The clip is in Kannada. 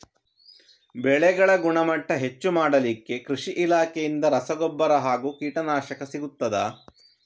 ಬೆಳೆಗಳ ಗುಣಮಟ್ಟ ಹೆಚ್ಚು ಮಾಡಲಿಕ್ಕೆ ಕೃಷಿ ಇಲಾಖೆಯಿಂದ ರಸಗೊಬ್ಬರ ಹಾಗೂ ಕೀಟನಾಶಕ ಸಿಗುತ್ತದಾ?